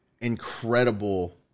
incredible